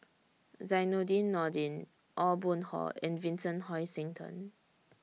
Zainudin Nordin Aw Boon Haw and Vincent Hoisington